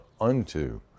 unto